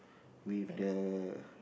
with the